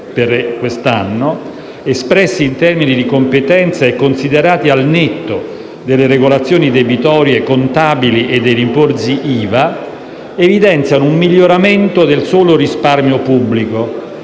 per il 2017 - espressi in termini di competenza e considerati al netto delle regolazioni debitorie, contabili e dei rimborsi IVA - evidenziano un miglioramento del solo risparmio pubblico